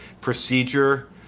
procedure